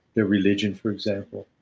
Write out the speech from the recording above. their religion for example.